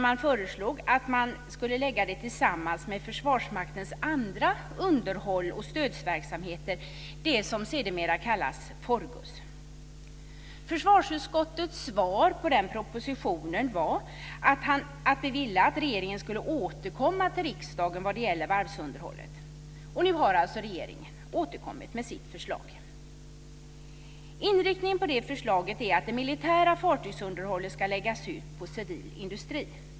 Man föreslog att man skulle lägga det tillsammans med Försvarsmaktens andra underhåll och stödverksamheter, det som sedermera kallas FORGUS. Försvarsutskottets svar på den propositionen var att vi ville att regeringen skulle återkomma till riksdagen vad gäller varvsunderhållet. Och nu har alltså regeringen återkommit med sitt förslag. Inriktningen på det förslaget är att det militära fartygsunderhållet ska läggas ut på civil industri.